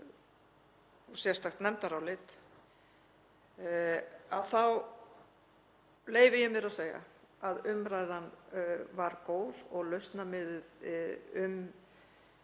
og sérstakt nefndarálit þá leyfi ég mér að segja að umræðan var góð og lausnamiðuð